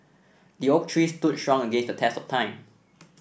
the oak tree stood strong against the test of time